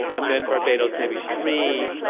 and then barbados, maybe, three,